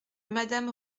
madame